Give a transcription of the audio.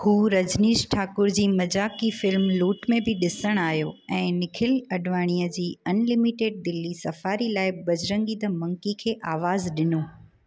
हूअ रजनीश ठाकुर जी मज़ाकी फ़िल्म लूट में बि ॾिसण आयो ऐं निखिल अडवाणीअ जी अनलिमीटिड दिल्ली सफारी लाइ बजरंगी द मंकी खे आवाज़ ॾिनो